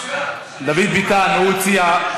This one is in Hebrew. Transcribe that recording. דוד ביטן, הוא הציע,